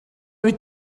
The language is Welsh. wyt